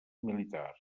militar